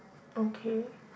okay